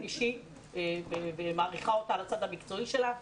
אישי ומעריכה אותה על הצד המקצועי שלה.